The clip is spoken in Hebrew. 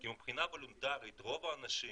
כי מבחינה וולונטרית, רוב האנשים